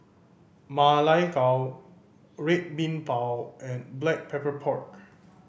Ma Lai Gao Red Bean Bao and Black Pepper Pork